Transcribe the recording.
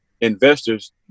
investors